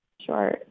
Sure